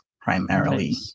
primarily